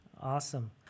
Awesome